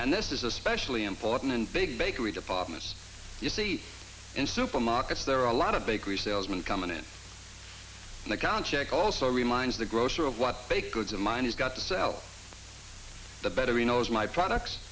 and this is especially important in big bakery departments you see in supermarkets there are a lot of bakery salesmen coming in and they can check also reminds the grocer of what baked goods of mine he's got to sell the better you know as my products